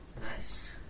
Nice